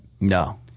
No